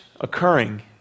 occurring